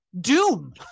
doom